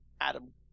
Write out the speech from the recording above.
Adam